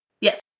Yes